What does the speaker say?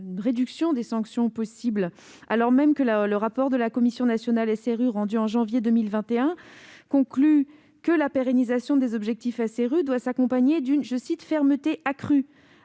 réduction des sanctions possibles, alors même que le rapport de la commission nationale SRU, rendu en janvier 2021, conclut que la pérennisation des objectifs de la loi SRU doit s'accompagner d'une « fermeté accrue »